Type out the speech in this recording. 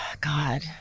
God